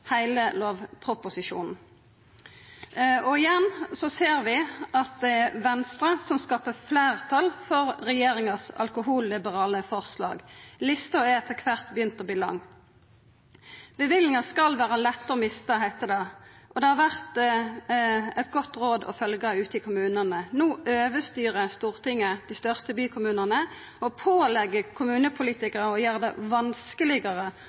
heile lovproposisjonen. Igjen ser vi at det er Venstre som skaper fleirtal for regjeringas alkoholliberale forslag. Lista har etter kvart begynt å verta lang. Ei bevilling skal vera lett å mista, heiter det, og dét har vore eit godt råd å følgja ute i kommunane. No overstyrer Stortinget dei største bykommunane og pålegg kommunepolitikarar å gjera det vanskelegare